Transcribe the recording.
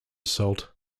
salt